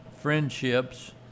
friendships